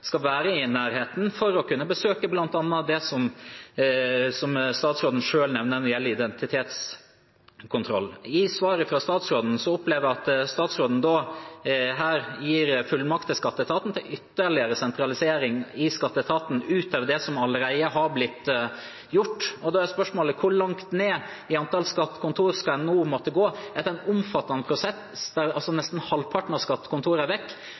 skal være i nærheten at en bl.a. skal kunne foreta besøk og identitetskontroll – som statsråden selv nevner. I svaret fra statsråden opplever jeg at statsråden gir skatteetaten fullmakt til ytterligere sentralisering utover det som allerede har blitt gjort. Da er spørsmålet: Hvor langt ned i antall skattekontor skal en gå? Etter en omfattende prosess der nesten halvparten av skattekontorene er vekk,